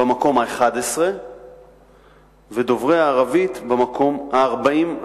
במקום ה-11 ודוברי הערבית במקום ה-40.